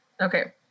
okay